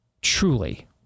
truly